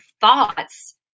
thoughts